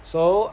so